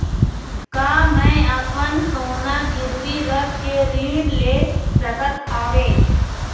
का मैं अपन सोना गिरवी रख के ऋण ले सकत हावे?